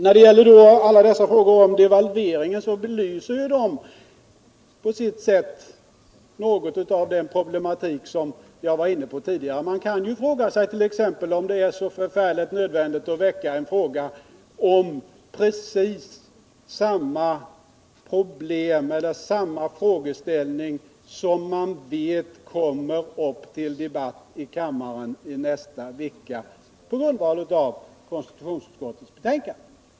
När det gäller alla dessa frågor om devalveringen vill jag säga att de på sitt sätt belyser den problematik som jag tidigare var inne på. Man kan t.ex. fråga sig om det är så förfärligt nödvändigt att väcka en fråga i ett ärende som rör precis samma frågeställning som man vet kommer upp till debatt i kammaren veckan därpå på grundval av konstitutionsutskottets betänkande.